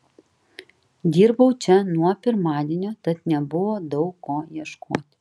dirbau čia nuo pirmadienio tad nebuvo daug ko ieškoti